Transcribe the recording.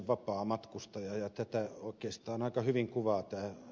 tätä oikeastaan aika hyvin kuvaa tämä ed